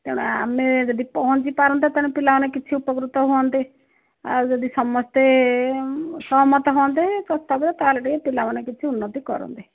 ତେଣୁ ଆମେ ଯଦି ପହଞ୍ଚି ପାରନ୍ତେ ତେଣୁ ପିଲାମାନେ କିଛି ଉପକୃତ ହୁଅନ୍ତେ ଆଉ ଯଦି ସମସ୍ତେ ସହମତ ହୁଅନ୍ତେ ପ୍ରସ୍ତାବରେ ତାହେଲେ ଟିକେ ପିଲାମାନେ କିଛି ଉନ୍ନତି କରନ୍ତେ